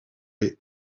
est